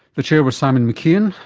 the chair was simon mckeon,